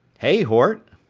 hey, hort.